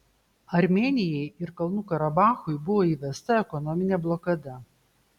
armėnijai ir kalnų karabachui buvo įvesta ekonominė blokada